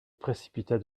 précipita